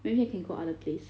maybe I can go other place